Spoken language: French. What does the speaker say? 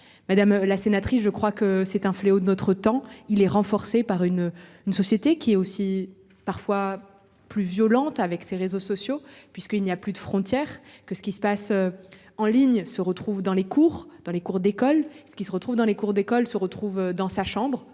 Madame la sénatrice. Je crois que c'est un fléau de notre temps. Il est renforcé par une. Une société qui est aussi parfois plus violente avec ses réseaux sociaux puisqu'il n'y a plus de frontières que ce qui se passe. En ligne se retrouvent dans les cours dans les cours d'école. Ce qui se retrouvent dans les cours d'école se retrouvent dans sa chambre